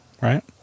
right